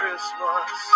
Christmas